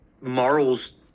morals